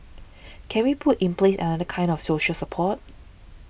can we put in place another kind of social support